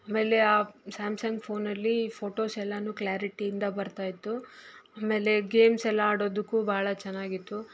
ಆಮೇಲೆ ಆ ಸ್ಯಾಮ್ಸಂಗ್ ಫೋನಲ್ಲಿ ಫೋಟೋಸ್ ಎಲ್ಲಾನು ಕ್ಲಾರಿಟಿಯಿಂದ ಬರ್ತಾ ಇತ್ತು ಆಮೇಲೆ ಗೇಮ್ಸ್ ಎಲ್ಲ ಆಡೋದಕ್ಕೂ ಭಾಳ ಚೆನ್ನಾಗಿತ್ತು